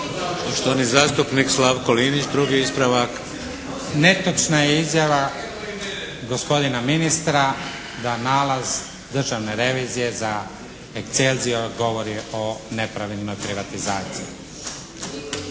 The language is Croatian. Poštovani zastupnik Slavko Linić, drugi ispravak. **Linić, Slavko (SDP)** Netočna je izjava gospodina ministra da nalaz državne revizije za "Excelzior" govori o nepravilnoj privatizaciji.